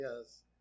Yes